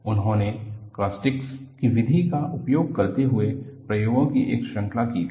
उन्होंने कॉस्टिकस की विधि का उपयोग करते हुए प्रयोगों की एक श्रृंखला की थी